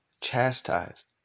chastised